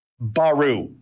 Baru